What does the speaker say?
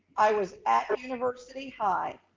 i was at university high